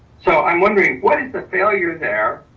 so i'm wondering what is the failure there?